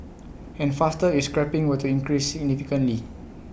and faster if scrapping were to increase significantly